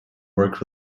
work